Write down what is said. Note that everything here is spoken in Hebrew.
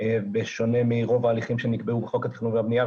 בשונה מרוב ההליכים שנקבעו בחוק התכנון והבנייה,